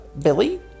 Billy